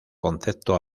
concepto